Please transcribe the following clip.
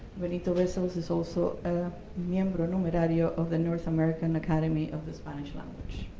benito-vessels is also miembro numerario of the north american academy of the spanish language.